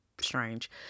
strange